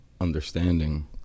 understanding